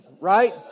right